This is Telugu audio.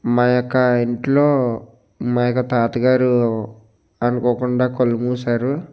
మా యొక్క ఇంట్లో మా యొక్క తాతగారు అనుకోకుండా కళ్ళు మూశారు